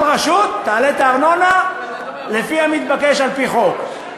כל רשות תעלה את הארנונה לפי המתבקש על-פי חוק,